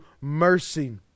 mercy